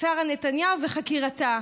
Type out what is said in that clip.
לשרה נתניהו וחקירתה,